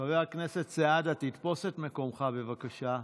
חבר הכנסת סעדה, תתפוס את מקומך, בבקשה.